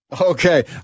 Okay